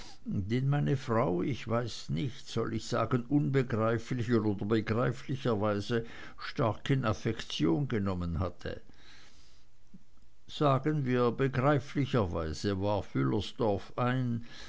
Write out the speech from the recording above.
den meine frau ich weiß nicht soll ich sagen unbegreiflicher oder begreiflicherweise stark in affektion genommen hatte sagen wir begreiflicherweise warf wüllersdorf ein